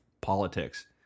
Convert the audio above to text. politics